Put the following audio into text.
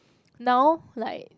now like